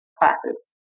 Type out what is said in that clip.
classes